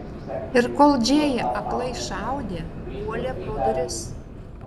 ir kol džėja aklai šaudė puolė pro duris